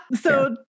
So-